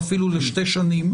ואפילו לשתי שנים,